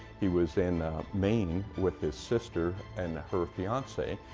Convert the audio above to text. he was in maine with his sister and her fiance,